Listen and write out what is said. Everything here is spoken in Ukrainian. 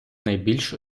найбільш